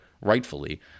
rightfully